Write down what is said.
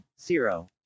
zero